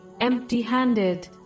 empty-handed